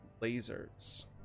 lasers